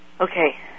Okay